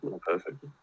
perfect